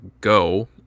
go